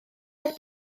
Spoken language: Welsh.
aeth